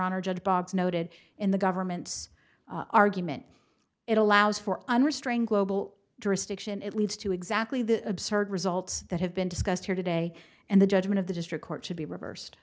honor judge bob's noted in the government's argument it allows for unrestrained global destruction it leads to exactly the absurd results that have been discussed here today and the judgment of the district court should be reversed